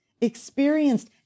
experienced